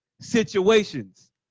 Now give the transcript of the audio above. situations